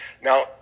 Now